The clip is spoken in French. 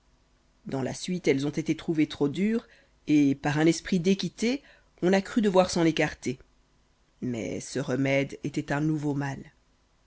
dans la suite elles ont été trouvées trop dures et par un esprit d'équité on a cru devoir s'en écarter mais ce remède était un nouveau mal